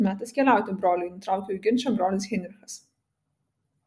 metas keliauti broliai nutraukė jų ginčą brolis heinrichas